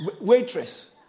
waitress